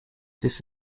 this